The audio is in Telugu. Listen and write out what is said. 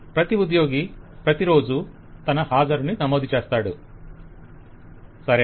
ప్రతి ఉద్యోగి ప్రతి రోజూ తన హాజరుని నమోదు చేస్తాడు వెండర్ సరే